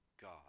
God